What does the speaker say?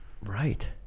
right